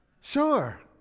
sure